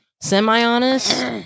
Semi-honest